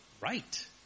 Right